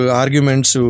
arguments